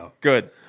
Good